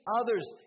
others